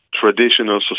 traditional